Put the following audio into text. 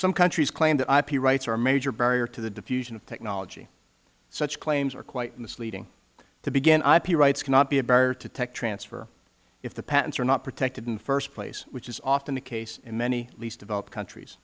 some countries claim that ip rights are a major barrier to the diffusion of technology such claims are quite misleading to begin ip rights cannot be a barrier to tech transfer if the patents are not protected in the first place which is often the case in many least developed countries